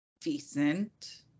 decent